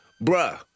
Bruh